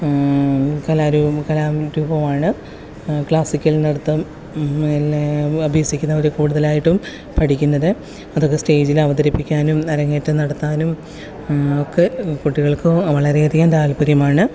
കലാരൂപമാണ് ക്ലാസിക്കൽ നൃത്തം പിന്നെ അഭ്യസിക്കുന്നവർ കൂടുതലായിട്ടും പഠിക്കുന്നത് അതൊക്കെ സ്റ്റേജിൽ അവതരിപ്പിക്കാനും അരങ്ങേറ്റം നടത്താനും ഒക്കെ കുട്ടികൾക്ക് വളരെയധികം താൽപര്യമാണ്